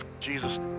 Jesus